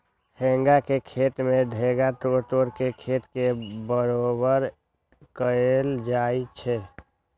हेंगा से खेत के ढेला तोड़ तोड़ के खेत के बरोबर कएल जाए छै